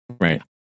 right